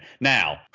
now